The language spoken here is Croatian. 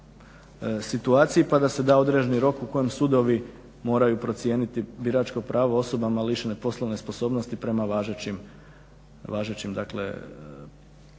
situaciji pa da se da određeni rok u kojem sudovi moraju procijeniti biračko pravo osobama lišene poslovne sposobnosti prema važećim odlukama.